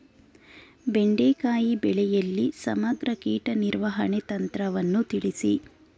ಬೆಂಡೆಕಾಯಿ ಬೆಳೆಯಲ್ಲಿ ಸಮಗ್ರ ಕೀಟ ನಿರ್ವಹಣೆ ತಂತ್ರವನ್ನು ತಿಳಿಸಿ?